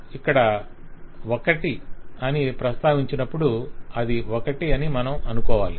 ఇక్కడ ఒకటి అని ప్రస్తావించనప్పుడు అది ఒకటి అని మనం అనుకోవాలి